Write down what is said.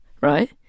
right